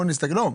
כמה ב-19'?